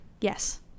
yes